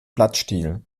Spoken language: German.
blattstiel